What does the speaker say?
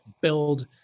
build